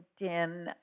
LinkedIn